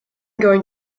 going